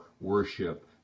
worship